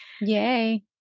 Yay